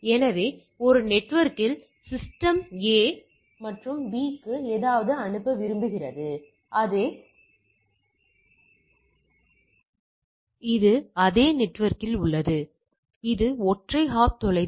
எனவே நீங்கள் 5 க்கான ஒட்டுமொத்தத்தைப் பற்றி பேசுகிறீர்கள் என்றால் பின்னர் முழுப் பகுதியும் இதுதான் இதுதான் முழுப் பகுதி